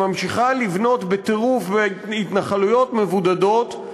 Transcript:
שממשיכה לבנות בטירוף התנחלויות מבודדות,